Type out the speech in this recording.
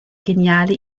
geniale